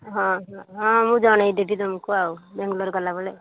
ହଁ ହଁ ହଁ ମୁଁ ଜଣାଇଦେବି ତମକୁ ଆଉ ବାଙ୍ଗାଲୋର ଗଲାବେଳେ